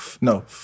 No